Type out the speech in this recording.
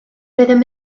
oeddem